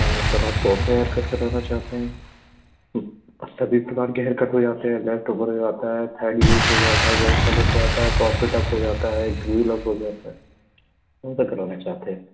हाँ सर आप कौन सा हेयर कट कराना चाहते हैं सभी प्रकार के हेयर कट हो जाते हैं लेफ्ट ओवर हो जाता है हो जाता है बहुत सारे पॉप सेट अप हो जाता है ड्रूल अप हो जाता है कौन सा कराना चाहते हैं